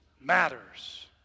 matters